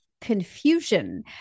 confusion